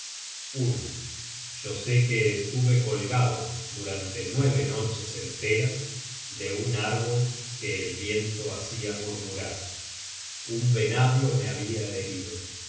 runico yo sé que estuve colgado durante nueve noches enteras de un árbol que el viento hacia murmurar un venablo me habia herido